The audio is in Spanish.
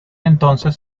entonces